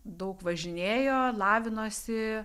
daug važinėjo lavinosi